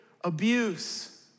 abuse